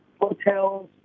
hotels